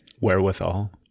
wherewithal